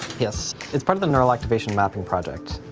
yes. it's part of the neural activation mapping project.